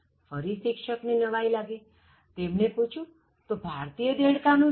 ફરી શિક્ષક ને નવાઇ લાગીતેમણે પૂછ્યુંતો ભારતીય દેડકા નું શું